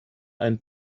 einen